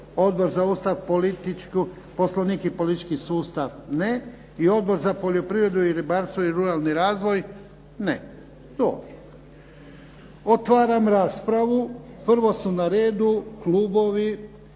Odbor za Ustav, Poslovnik i politički sustav? Ne. I Odbor za poljoprivredu, ribarstvo i ruralni razvoj? Ne. Dobro. Otvaram raspravu. Prvo su na redu klubovi.